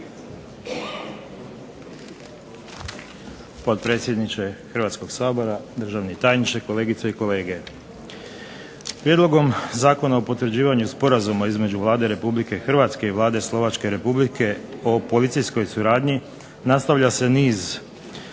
Potpredsjedniče Hrvatskog sabora, državni tajniče, kolegice i kolege. Prijedlogom Zakona o potvrđivanju Sporazuma između Vlade Republike Hrvatske i Vlade Slovačke Republike o policijskoj suradnji nastavlja se niz sklopljenih